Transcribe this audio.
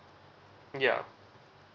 ya